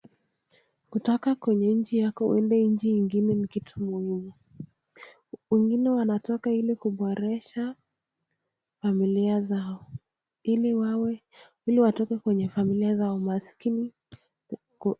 Kutoka kwenye nchi yako huende kwenye nchi ingine ni kitu muhimu, wengine wana toka ili kuboresha familia zao ili watoke kwenye familia zao maskini.